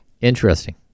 Interesting